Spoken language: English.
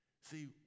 See